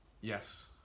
yes